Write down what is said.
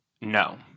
No